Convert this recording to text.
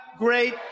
great